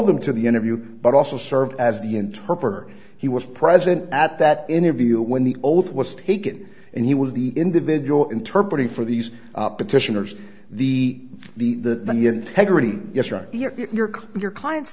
them to the interview but also served as the interpreter he was present at that interview when the oath was taken and he was the individual interpreter for these petitioners the the the integrity is right here your clients